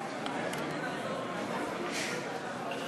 חברי